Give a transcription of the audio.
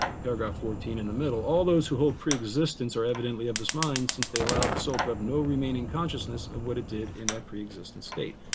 paragraph fourteen in the middle, all those who hold preexistence are evidently of this mind since they allow the self to have no remaining consciousness of what it did in that preexistent state.